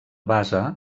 base